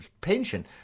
Pension